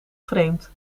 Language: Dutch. vreemd